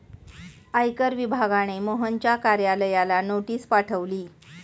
आयकर विभागाने मोहनच्या कार्यालयाला नोटीस पाठवली